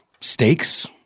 stakes